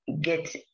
get